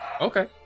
Okay